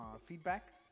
feedback